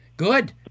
Good